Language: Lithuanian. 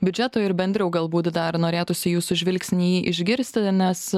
biudžeto ir bendriau galbūt dar norėtųsi jūsų žvilgsnį jį išgirsti nes